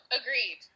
agreed